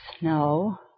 No